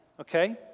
Okay